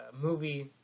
movie